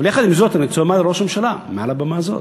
יחד עם זאת אני רוצה לומר לראש הממשלה מעל הבמה הזאת: